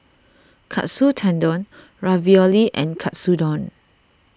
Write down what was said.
Katsu Tendon Ravioli and Katsudon